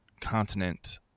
continent